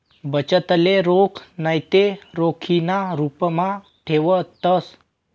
बचतले रोख नैते रोखीना रुपमा ठेवतंस